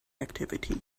activity